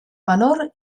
menor